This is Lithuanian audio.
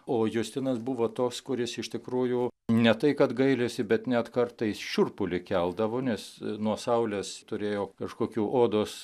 o justinas buvo toks kuris iš tikrųjų ne tai kad gailisi bet net kartais šiurpulį keldavo nes nuo saulės turėjo kažkokių odos